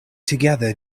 together